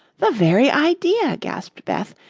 the very idea, gasped beth.